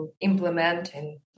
implementing